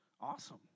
Awesome